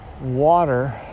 water